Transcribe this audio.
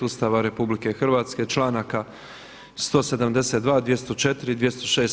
Ustava RH, članaka 172., 204. i 206.